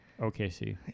OKC